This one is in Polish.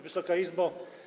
Wysoka Izbo!